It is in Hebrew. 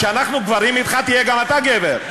כשאנחנו גברים אתך, תהיה גם אתה גבר.